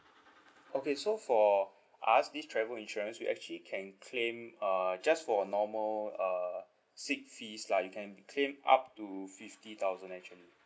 okay so for us this travel insurance you actually can claim uh just for normal uh sick fees lah you can claim up to fifty thousand actually